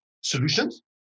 solutions